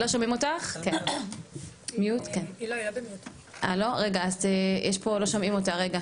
אז אנחנו רגע